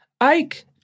Ike